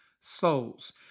souls